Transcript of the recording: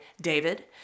David